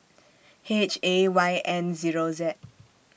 H A Y N Zero Z